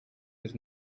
with